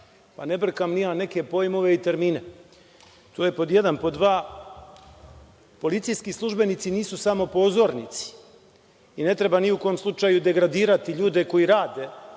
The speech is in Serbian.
pa ne brkam ni ja neke pojmove i termine. To je pod jedan. Pod dva, policijski službenici nisu samo pozornici i ne treba ni u kom slučaju degradirati ljude koji rade